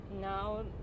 now